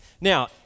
Now